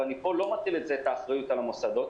ופה אני לא מטיל את האחריות על המוסדות,